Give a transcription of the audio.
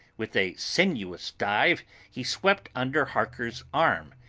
with a sinuous dive he swept under harker's arm,